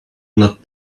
not